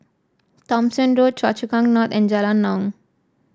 Thomson Road Choa Chu Kang North and Jalan Naung